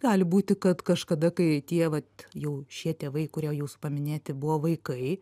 gali būti kad kažkada kai tie vat jau šie tėvai kurie jūsų paminėti buvo vaikai